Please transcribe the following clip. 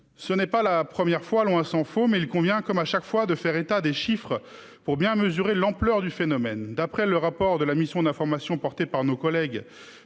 Ce n'est pas la première fois, loin s'en faut, mais il convient comme à chaque fois de faire état des chiffres pour bien mesurer l'ampleur du phénomène. D'après le rapport de la mission d'information porté par nos collègues